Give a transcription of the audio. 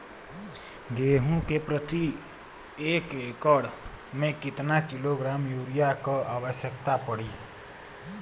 गेहूँ के प्रति एक एकड़ में कितना किलोग्राम युरिया क आवश्यकता पड़ी?